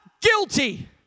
guilty